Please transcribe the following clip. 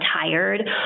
tired